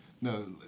no